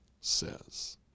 says